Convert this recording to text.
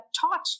taught